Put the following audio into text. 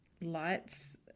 lights